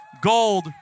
Gold